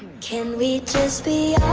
can we just be